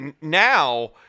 now